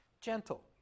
Gentle